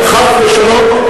חס ושלום,